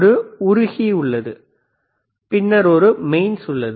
ஒரு உருகி உள்ளது பின்னர் ஒரு மெயின்ஸ் உள்ளது